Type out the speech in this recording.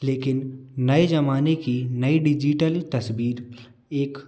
लेकिन नए ज़माने की नई डिजिटल तस्वीर एक